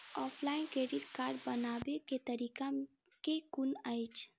Offline credit card बनाबै केँ तरीका केँ कुन अछि?